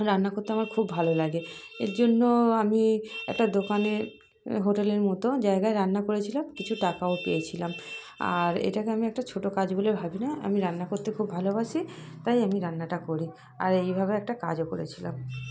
রান্না করতে আমার খুব ভালো লাগে এর জন্য আমি একটা দোকানে হোটেলের মতো জায়গায় রান্না করেছিলাম কিছু টাকাও পেয়েছিলাম আর এটাকে আমি একটা ছোট কাজ বলে ভাবি না আমি রান্না করতে খুব ভালোবাসি তাই আমি রান্নাটা করি আর এইভাবে একটা কাজও করেছিলাম